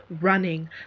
running